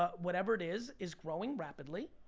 ah whatever it is, is growing rapidly.